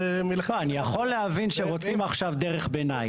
אני יכול להבין שרוצים עכשיו דרך ביניים.